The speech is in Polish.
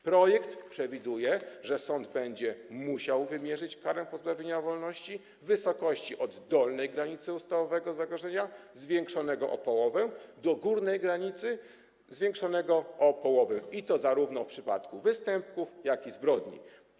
Projekt przewiduje, że sąd będzie musiał wymierzyć karę pozbawienia wolności w wysokości od dolnej granicy ustawowego zagrożenia zwiększonego o połowę do górnej granicy ustawowego zagrożenia zwiększonego o połowę i to zarówno w przypadku występków, jak i zbrodni.